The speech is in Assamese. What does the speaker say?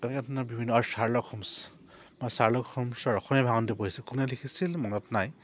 তেনেকৈ ধৰণৰ বিভিন্ন আৰু শ্বাৰ্লক হোমছ বা শ্বাৰ্লক হোমছৰ অসমীয়া ভাষাতো পঢ়িছো কোনে লিখিছিল মনত নাই